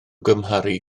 gymharu